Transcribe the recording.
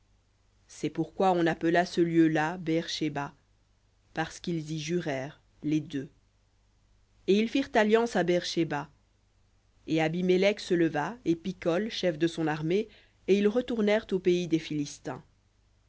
c'est pourquoi on appela ce lieu-là beër shéba parce qu'ils y jurèrent les deux et ils firent alliance à beër shéba et abimélec se leva et picol chef de son armée et ils retournèrent au pays des philistins